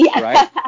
right